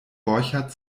borchert